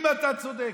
אם אתה צודק,